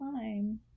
time